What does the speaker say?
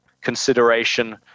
consideration